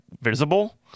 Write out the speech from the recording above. visible